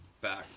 back